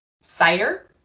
cider